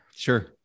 Sure